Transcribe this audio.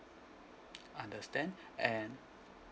I understand and